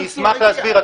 אשמח להסביר.